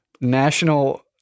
National